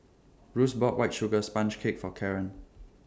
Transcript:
Russ bought White Sugar Sponge Cake For Karren